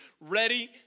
ready